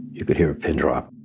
you could hear a pin drop